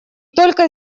только